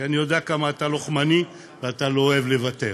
כי אני יודע כמה אתה לוחמני ואתה לא אוהב לוותר,